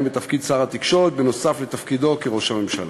בתפקיד שר התקשורת נוסף על תפקידו כראש הממשלה.